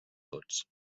tots